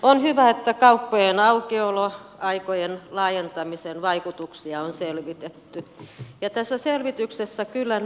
on hyvä että kauppojen aukioloaikojen laajentamisen vaikutuksia on selvitetty ja tässä selvityksessä kyllä nousee päällimmäisenä tämä turvallisuus